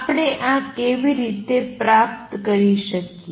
આપણે આ કેવી રીતે પ્રાપ્ત કરી શકીએ